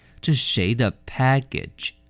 这是谁的package